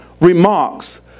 remarks